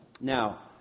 Now